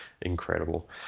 incredible